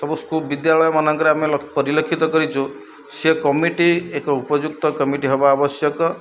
ସବୁ ବିଦ୍ୟାଳୟମାନଙ୍କରେ ଆମେ ପରିଲକ୍ଷିତ କରିଛୁ ସିଏ କମିଟି ଏକ ଉପଯୁକ୍ତ କମିଟି ହେବା ଆବଶ୍ୟକ